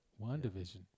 WandaVision